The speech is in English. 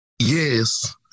Yes